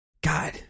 god